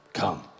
come